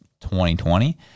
2020